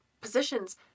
positions